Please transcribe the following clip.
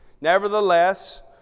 Nevertheless